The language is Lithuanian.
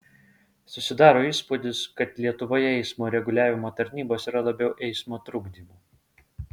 susidaro įspūdis kad lietuvoje eismo reguliavimo tarnybos yra labiau eismo trukdymo